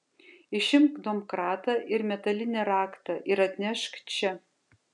išimk domkratą ir metalinį raktą ir atnešk čia